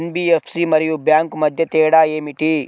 NBFC మరియు bank మధ్య తేడా ఏమిటీ?